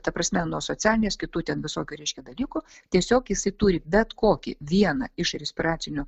ta prasme nuo socialinės kitų ten visokių reiškia dalykų tiesiog jisai turi bet kokį vieną iš respiracinių